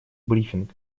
брифинг